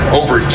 over